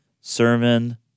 sermon